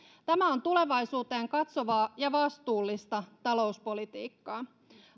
tämä on tulevaisuuteen katsovaa ja vastuullista talouspolitiikkaa